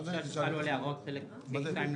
רכישה שחלו עליה הוראות חלק ה2 לפקודה.